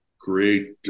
create